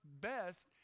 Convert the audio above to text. best